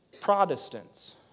Protestants